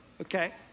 Okay